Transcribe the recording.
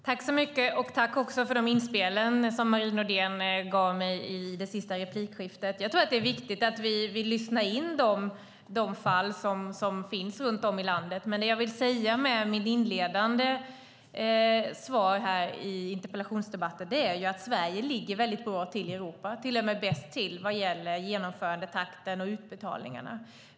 Herr talman! Jag vill tacka Marie Nordéns för inspelen i det sista replikskiftet. Jag tror att det är viktigt att vi vill lyssna in de fall som finns runt om i landet. Det jag ville säga med mitt inledande svar i interpellationsdebatten är att Sverige ligger väldigt bra till i Europa, till och med bäst vad gäller genomförandetakten och utbetalningarna.